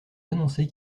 annoncer